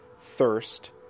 thirst